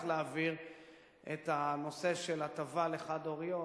להעביר את הנושא של הטבה לחד-הוריות,